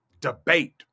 debate